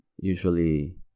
usually